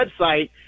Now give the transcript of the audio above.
website